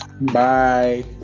Bye